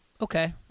Okay